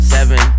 Seven